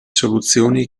soluzioni